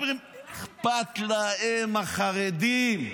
אכפת להם מהחרדים,